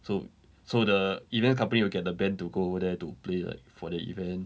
so so the event company will get the band to go there to play like for the event